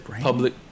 public